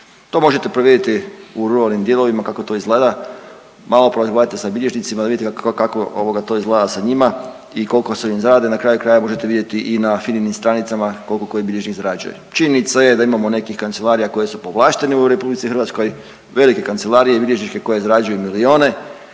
To možete provjeriti u ruralnim dijelovima kako to izgleda, malo porazgovarajte sa bilježnicima da vidite kako ovoga to izgleda sa njima i kolike su im zarade na kraju krajeva možete vidjeti i na Fininim stranicama koliko koji bilježnik zarađuje. Činjenica je da imamo nekih kancelarija koje su povlaštene u RH, velike kancelarije bilježničke koje zarađuju milione,